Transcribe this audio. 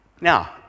Now